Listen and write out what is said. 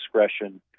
discretion